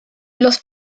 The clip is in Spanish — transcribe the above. los